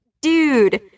dude